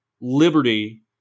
liberty